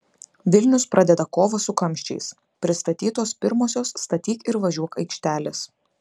vilnius pradeda kovą su kamščiais pristatytos pirmosios statyk ir važiuok aikštelės